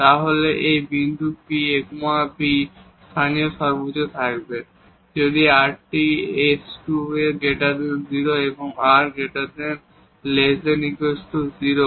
তাহলে এই বিন্দু P a b স্থানীয় সর্বোচ্চ থাকবে যদি rt − s2 0 এবং r 0